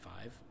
five